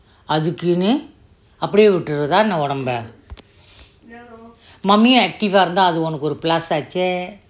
அதுக்குனு அப்டியே விட்டுரதா என்ன உடம்ப:athukunu apdiye vithuratha enna udamba mummy active ah இருந்தா அது உனக்கு ஒரு:iruntha athu unakku oru plus ஆச்சே:aache